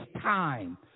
time